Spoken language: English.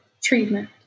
treatment